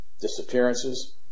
disappearances